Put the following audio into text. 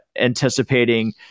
anticipating